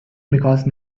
because